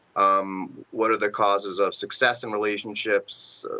um what are the causes of success in relationships,